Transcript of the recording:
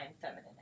feminine